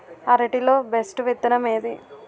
అరటి లో బెస్టు విత్తనం ఏది?